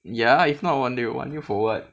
ya if not wonder they will want you for what